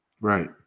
Right